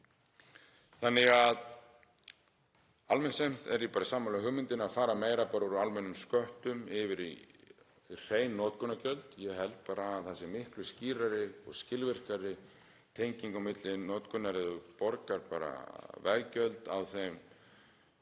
vilja það. Almennt er ég sammála hugmyndinni um að fara meira úr almennum sköttum yfir í hrein notkunargjöld. Ég held bara að það sé miklu skýrari og skilvirkari tenging á milli notkunar ef þú borgar bara veggjöld á þeim